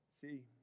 See